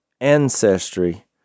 ancestry